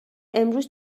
امروز